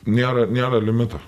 nėra nėra limito